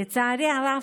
לצערי הרב,